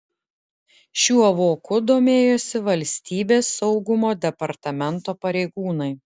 šiuo voku domėjosi valstybės saugumo departamento pareigūnai